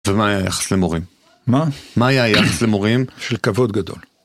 ומה היה היחס למורים? מה? מה היה היחס למורים? של כבוד גדול